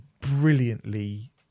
brilliantly